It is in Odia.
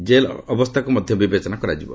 କେଲ୍ ଅବସ୍ଥାକୁ ମଧ୍ୟ ବିବେଚନା କରାଯିବ